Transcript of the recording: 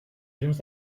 llums